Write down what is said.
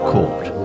Court